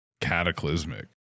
cataclysmic